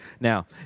Now